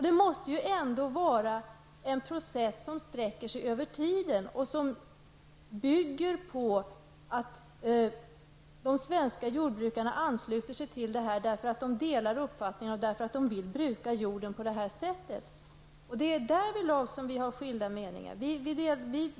Det måste ändå vara en process, som sträcker sig över tiden och som bygger på att de svenska jordbrukarna ansluter sig till dessa tankar, därför att de vill bruka jorden på detta sätt. Därvidlag har vi skilda meningar.